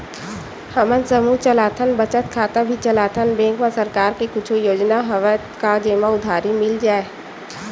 हमन समूह चलाथन बचत खाता भी चलाथन बैंक मा सरकार के कुछ योजना हवय का जेमा उधारी मिल जाय?